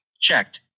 checked